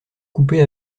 coupé